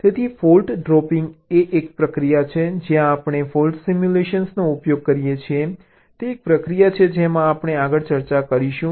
તેથી fault dropping એ એક પ્રક્રિયા છે જ્યાં આપણે ફોલ્ટ સિમ્યુલેશન નો ઉપયોગ કરીએ છીએ તે એક પ્રક્રિયા છે જે આપણે આગળ ચર્ચા કરીશું